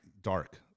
Dark